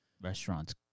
restaurants